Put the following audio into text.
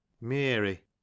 Mary